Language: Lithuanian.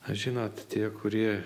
a žinot tie kurie